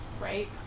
right